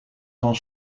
van